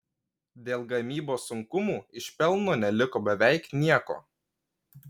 dėl gamybos sunkumų iš pelno neliko beveik nieko